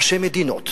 ראשי מדינות